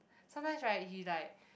sometimes right he like